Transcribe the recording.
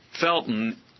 Felton